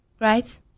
right